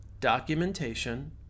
Documentation